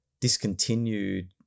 discontinued